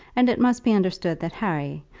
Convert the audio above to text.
and it must be understood that harry,